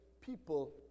people